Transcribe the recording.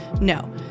No